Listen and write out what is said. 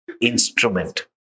instrument